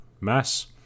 mass